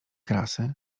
krasy